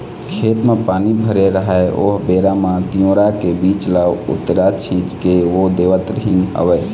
खेत म पानी भरे राहय ओ बेरा म तिंवरा के बीज ल उतेरा छिंच के बो देवत रिहिंन हवँय